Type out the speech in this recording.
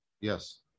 yes